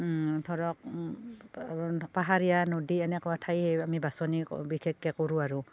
ধৰক পাহাৰীয়া নদী এনেকুৱা ঠাই আমি বাছনি বিশেষকৈ কৰোঁ আৰু